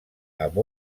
amb